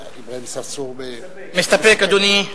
מסתפק, אדוני.